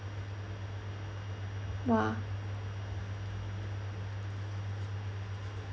!wah!